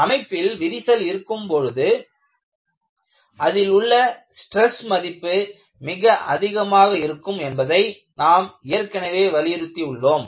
அமைப்பில் விரிசல் இருக்கும் போது அதிலுள்ள ஸ்ட்ரெஸ் மதிப்பு மிக அதிகமாக இருக்கும் என்பதை நாம் ஏற்கனவே வலியுறுத்தியுள்ளோம்